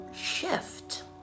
shift